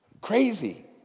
Crazy